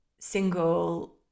single